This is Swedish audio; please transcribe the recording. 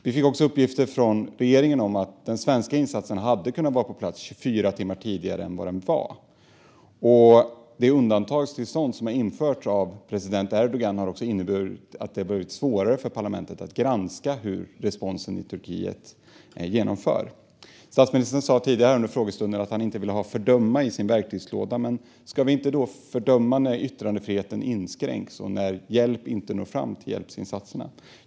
Vi fick även uppgifter från regeringen om att den svenska insatsen hade kunnat vara på plats 24 timmar tidigare än den var. Det undantagstillstånd som har införts av president Erdogan har inneburit att det blivit svårare för parlamentet att granska hur responsen i Turkiet ser ut. Statsministern sa tidigare under frågestunden att han inte ville ha fördömande i sin verktygslåda, men ska vi inte fördöma när yttrandefriheten inskränks och när hjälpinsatser inte når fram?